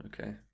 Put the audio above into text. okay